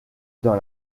dans